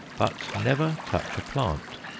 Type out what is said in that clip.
but never touch a plant.